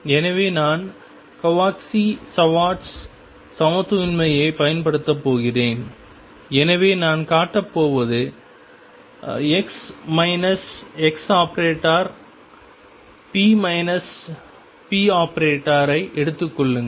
எனவே நான் Cauchy Schwarz சமத்துவமின்மையைப் பயன்படுத்தப் போகிறேன் எனவே நான் காட்டப் போவது ⟨x ⟨x⟩p ⟨p⟩⟩ ஐ எடுத்துக் கொள்ளுங்கள்